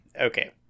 Okay